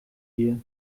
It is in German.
dir